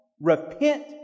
repent